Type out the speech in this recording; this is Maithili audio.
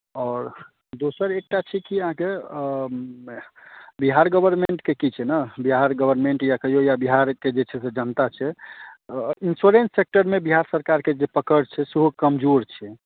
आओर दोसर एकटा छै कि अहाँके बिहार गवर्मेंटके की छै ने बिहार गवर्मेंट या कहियौ या बिहारके जे छै से जनता छै इन्स्योरेन्स सेक्टरमे बिहार सरकारके जे पकड़ छै सेहो कमजोर छै